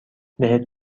بهت